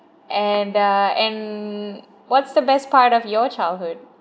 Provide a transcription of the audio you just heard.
and uh and what's the best part of your childhood